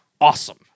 awesome